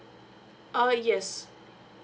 uh yes